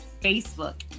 Facebook